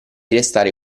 restare